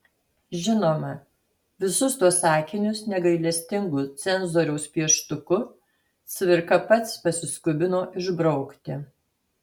žinoma visus tuos sakinius negailestingu cenzoriaus pieštuku cvirka pats pasiskubino išbraukti